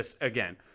again